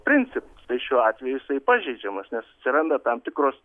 principas tai šiuo atveju jisai pažeidžiamas nes atsiranda tam tikros